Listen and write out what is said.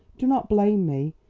do not blame me.